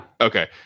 Okay